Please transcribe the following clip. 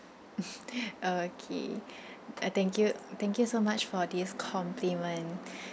okay uh thank you thank you so much for this compliment